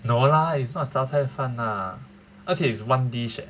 no lah it's not 杂菜饭 lah 而且 is one dish leh